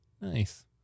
Nice